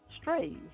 strays